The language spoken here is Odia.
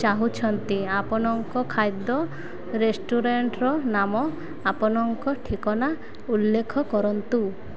ଚାହୁଁଛନ୍ତି ଆପଣଙ୍କ ଖାଦ୍ୟ ରେଷ୍ଟୁରାଣ୍ଟ୍ର ନାମ ଆପଣଙ୍କ ଠିକଣା ଉଲ୍ଲେଖ କରନ୍ତୁ